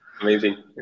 Amazing